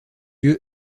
lieu